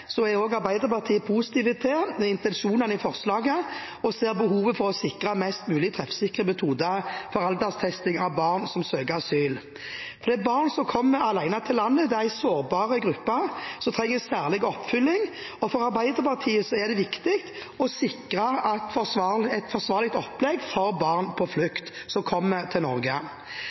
er også Arbeiderpartiet positiv til intensjonene i forslaget og ser behovet for å sikre mest mulig treffsikre metoder for alderstesting av barn som søker asyl. Barn som kommer alene til landet, er en sårbar gruppe som trenger særlig oppfølging. For Arbeiderpartiet er det viktig å sikre et forsvarlig opplegg for barn på flukt som kommer til Norge.